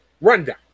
rundown